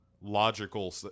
logical